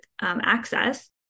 access